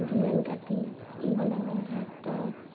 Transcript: design কাটি বনালে হাতত